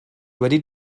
wedi